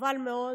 וחבל מאוד,